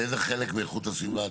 איזה חלק מאיכות הסביבה,